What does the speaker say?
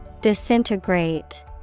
Disintegrate